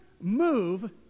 move